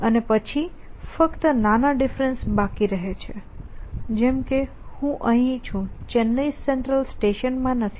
અને પછી ફક્ત નાના ડિફરેન્સ બાકી છે જેમ કે હું અહીં છું ચેન્નાઈ સેન્ટ્રલ સ્ટેશનમાં નથી